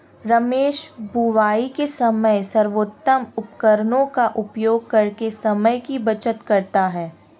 रमेश बुवाई के समय सर्वोत्तम उपकरणों का उपयोग करके समय की बचत करता है